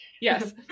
Yes